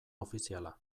ofiziala